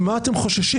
ממה אתם חוששים,